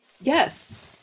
Yes